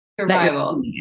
Survival